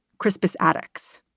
crispus attucks,